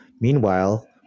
Meanwhile